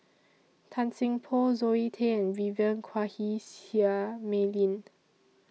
Tan Seng Poh Zoe Tay and Vivien Quahe Seah Mei Lin